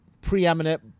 preeminent